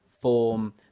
form